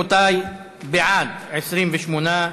רבותי, בעד, 28,